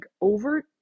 over